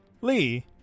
lee